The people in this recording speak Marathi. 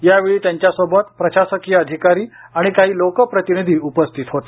यावेळी त्यांच्यासोबत प्रशासकीय अधिकारी आणि काही लोकप्रतिनिधी उपस्थित होते